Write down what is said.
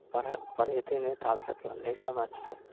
पढ़ पढ़यतै नहि ताबै तक लए नहि समझतै